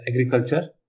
agriculture